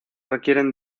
requieren